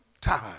time